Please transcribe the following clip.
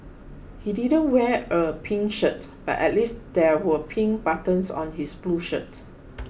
he didn't wear a pink shirt but at least there were pink buttons on his blue shirt